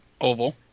oval